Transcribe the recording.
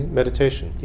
meditation